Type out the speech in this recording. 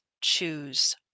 choose